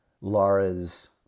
Laura's